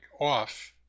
off